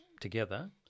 together